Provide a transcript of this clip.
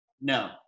No